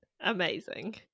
Amazing